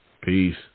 Peace